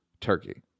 turkey